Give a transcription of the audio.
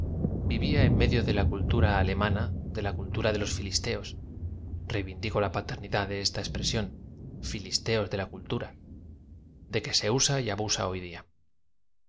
ia en medio de la cultura alemana de la cultura de los filisteod reivindico la paternidad de esta expresión filisteos de la cultura de que se usa y abusa hoy dia